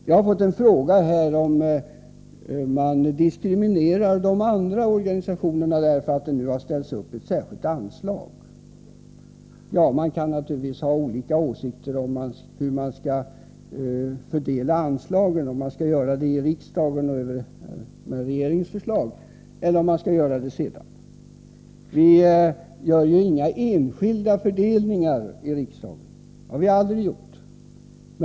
Jag har fått en fråga som gäller om man diskriminerar de andra organisationerna, eftersom det har kommit till stånd ett särskilt anslag. Man kan naturligtvis ha olika åsikter om hur anslagen skall fördelas, om man skall göra det i riksdagen på regeringens förslag eller om man skall göra det på annat sätt. Vi gör ju inga enskilda fördelningar i riksdagen. Det har vi aldrig gjort.